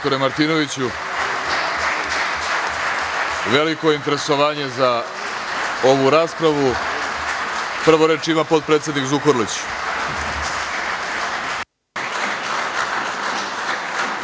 je interesovanje za ovu raspravu. Prvo reč ima potpredsednik Zukorlić.